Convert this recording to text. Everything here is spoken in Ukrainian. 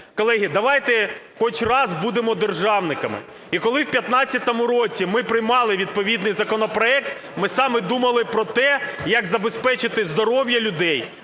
Колеги, давайте хоч раз будемо державниками. І коли у 2015 році ми приймали відповідний законопроект, ми саме думали про те, як забезпечити здоров'я людей,